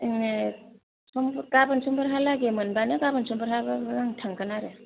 जोङो गाबोन संफोरहालागे मोनबानो गाबोन संफोरहाबाबो आं थांगोन आरो